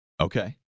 Okay